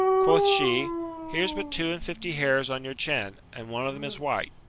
quoth she here's but two and fifty hairs on your chin, and one of them is white